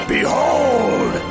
Behold